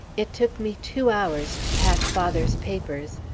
it took me two hours to pack father's papers,